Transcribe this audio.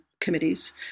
committees